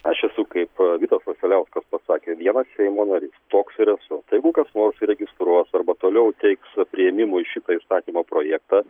aš esu kaip vidas vasiliauskas pasakė vienas seimo narys toks ir esu tai jeigu kas nors registruos arba toliau teiks priėmimui šitą įstatymo projektą